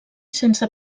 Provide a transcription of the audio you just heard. sense